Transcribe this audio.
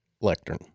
lectern